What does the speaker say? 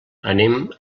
anem